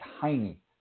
tiny